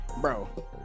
Bro